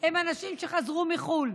הוא מי שחזר מחו"ל.